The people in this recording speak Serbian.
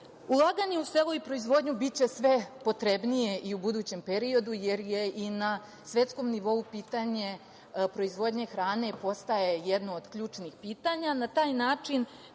u selo i proizvodnju biće sve potrebnije i u budućem periodu, jer i na svetskom nivou pitanje proizvodnje hrane postaje jedno od ključnih pitanja.